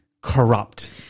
corrupt